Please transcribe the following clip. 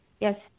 Yes